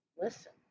listen